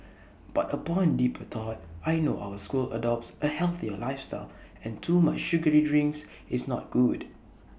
but upon deeper thought I know our school adopts A healthier lifestyle and too much sugary drinks is not good